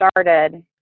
started